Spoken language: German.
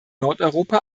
nordeuropa